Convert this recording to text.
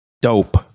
dope